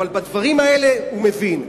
אבל בדברים האלה הוא מבין.